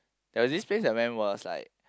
there's this place I went was like